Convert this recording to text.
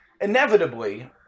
Inevitably